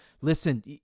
listen